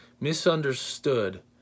misunderstood